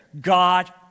God